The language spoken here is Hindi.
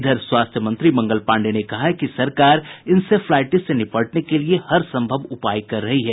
इधर स्वास्थ्य मंत्री मंगल पांडेय ने कहा है कि सरकार इंसेफ्लाईटिस से निपटने के लिये हरसंभव उपाय कर रही है